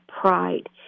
pride